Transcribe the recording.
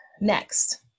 next